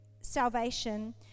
salvation